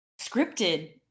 scripted